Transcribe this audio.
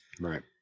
right